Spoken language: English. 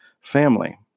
family